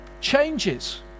changes